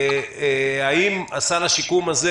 האם סל השיקום הזה